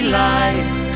life